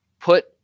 put